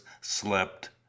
slept